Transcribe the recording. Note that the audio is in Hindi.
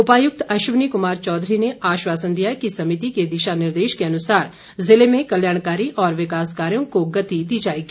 उपायुक्त अश्वनी कुमार चौधरी ने आश्वासन दिया कि समिति के दिशा निर्देश के अनुसार ज़िले में कल्याणकारी और विकास कार्यों को गति दी जाएगी